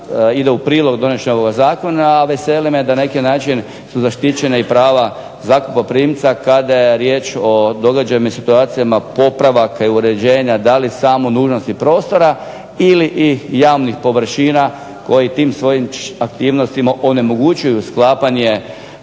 ide u prilog donošenju ovoga zakona, a veseli me da na neki način su zaštićena i prava zakupoprimca kada je riječ o događajima i situacijama popravaka i uređenja, da li samo nužnosti prostora ili i javnih površina koji tim svojim aktivnostima onemogućuju sklapanje,